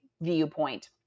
viewpoint